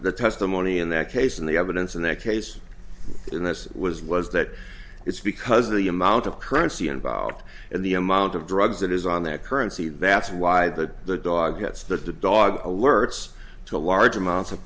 the testimony in that case and the evidence in that case and this was was that it's because of the amount of currency involved and the amount of drugs that is on that currency that's why that the dog gets that the dog alerts to a large amounts of